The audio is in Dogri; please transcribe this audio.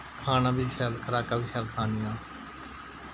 खाना वी शैल खराकां बी शैल खानियां